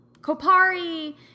Kopari